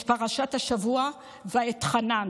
את פרשת השבוע ואתחנן.